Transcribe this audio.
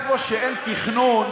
במקום שאין תכנון,